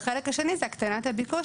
והחלק השני זה הקטנת הביקוש,